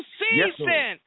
season